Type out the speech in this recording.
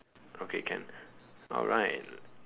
okay can alright